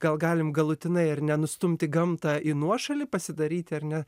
gal galim galutinai ar ne nustumti gamtą į nuošalį pasidaryti ar ne